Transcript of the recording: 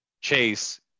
Chase